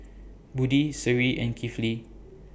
Budi Seri and Kifli